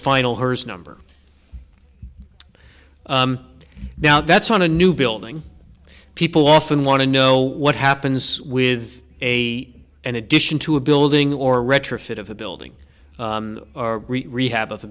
final hers number now that's on a new building people often want to know what happens with a an addition to a building or retrofit of a building or rehab of